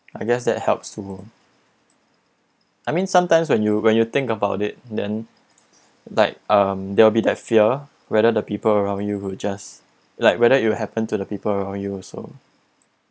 I guess that helps to I mean sometimes when you when you think about it then like um there will be that fear whether the people around you who just like whether it will happen to the people around you also